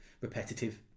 repetitive